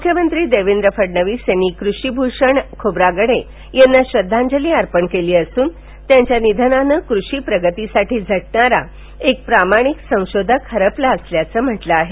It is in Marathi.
मुख्यमंत्री देवेंद्र फडणवीस यांनी कृषिभूषण खोब्रागडे यांना श्रद्वांजली अर्पण केली असून यांच्या निधनाने कृषी प्रगतीसाठी झटणारा एक प्रामाणिक संशोधक हरपला असल्याचं म्हटलं आहे